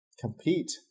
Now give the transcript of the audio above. compete